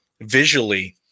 visually